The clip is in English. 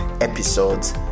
episodes